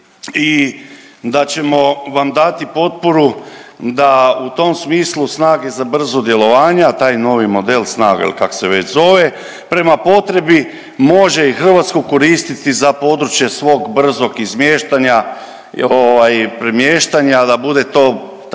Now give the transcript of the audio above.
i da ćemo vam dati potporu da u tom smislu snage za brzo djelovanje, taj novi model snaga il kak se već zove prema potrebi može i Hrvatsku koristiti za područje svog brzog izmještanja, ovaj premještanja da bude to tzv.